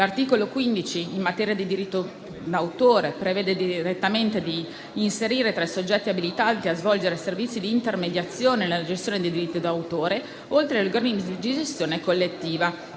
L'articolo 15, in materia di diritto d'autore, prevede di inserire tra i soggetti abilitati a svolgere servizi di intermediazione nella gestione dei diritti d'autore, oltre agli organismi di gestione collettiva,